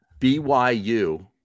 BYU